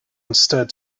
instead